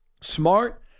Smart